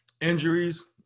Injuries